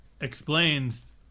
explains